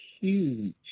huge